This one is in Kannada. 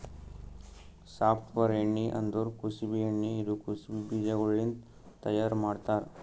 ಸಾರ್ಫ್ಲವರ್ ಎಣ್ಣಿ ಅಂದುರ್ ಕುಸುಬಿ ಎಣ್ಣಿ ಇದು ಕುಸುಬಿ ಬೀಜಗೊಳ್ಲಿಂತ್ ತೈಯಾರ್ ಮಾಡ್ತಾರ್